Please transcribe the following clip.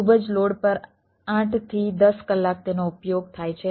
ખૂબ જ લોડ પર 8 થી 10 કલાક તેનો ઉપયોગ થાય છે